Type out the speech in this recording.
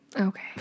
Okay